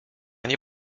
nie